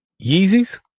Yeezy's